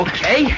Okay